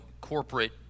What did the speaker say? corporate